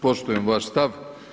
Poštujem vaš stav.